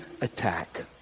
attack